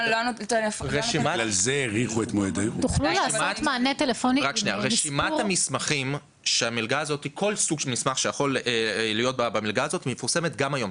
כל סוג של מסמך שיכול להיות במלגה הזאת מפורסם גם היום.